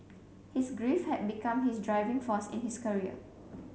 his grief had become his driving force in his career